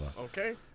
Okay